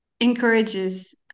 encourages